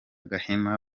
gahima